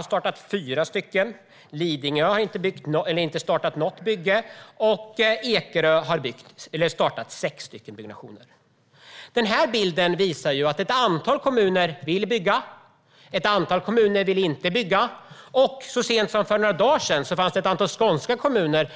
Täby startade sex byggnationer, Nacka fyra och Ekerö sex. Lidingö startade inte något bygge. Det här visar att ett antal kommuner vill bygga och ett antal kommuner inte vill bygga. Så sent som för några dagar sedan fick vi höra att ett antal skånska